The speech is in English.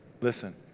Listen